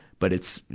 but it's,